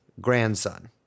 grandson